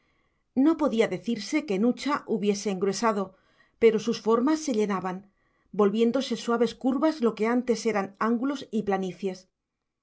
no podía decirse que nucha hubiese engruesado pero sus formas se llenaban volviéndose suaves curvas lo que antes eran ángulos y planicies